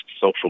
social